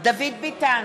דוד ביטן,